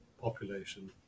population